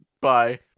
bye